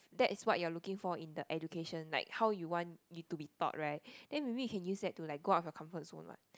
that is what you are looking for in the education like how you want it to be taught right then maybe you can use that to go out of your comfort zone what